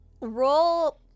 Roll